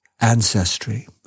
ancestry